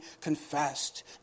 confessed